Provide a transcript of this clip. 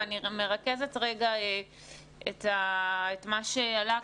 אם אני מרכזת רגע את מה שעלה כאן,